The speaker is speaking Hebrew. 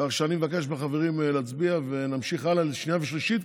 כך שאני מבקש מהחברים להצביע ונמשיך הלאה לשנייה ושלישית,